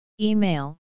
Email